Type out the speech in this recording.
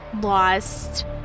lost